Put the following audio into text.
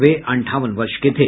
वे अंठावन वर्ष के थे